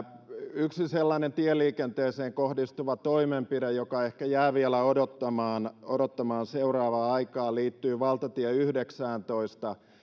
yksi sellainen tieliikenteeseen kohdistuva toimenpide joka ehkä jää vielä odottamaan odottamaan seuraavaa aikaa liittyy pohjanmaan valtatie yhdeksääntoista